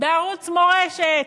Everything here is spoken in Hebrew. בערוץ מורשת.